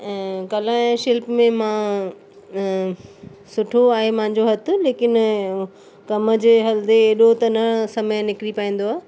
ऐं कला ऐं शिल्प में मां सुठो आहे मुंहिंजो हथ लेकिन कम जे हलंदे एॾो त न समय निकिरी पाईंदो आहे